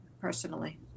personally